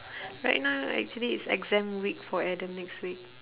right now actually is exam week for adam next week